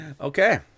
okay